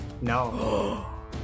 No